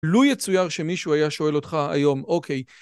לו יצוייר שמישהו היה שואל אותך היום, אוקיי.